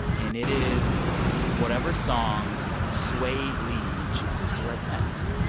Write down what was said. and it is whatever songs swae lee chooses to write next